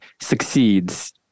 succeeds